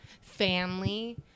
family